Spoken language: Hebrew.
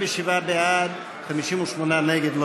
57 בעד, 58 נגד.